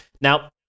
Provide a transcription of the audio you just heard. Now